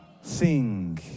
sing